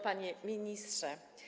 Panie Ministrze!